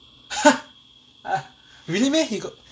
!huh! really meh